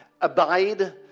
abide